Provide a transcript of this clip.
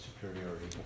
superiority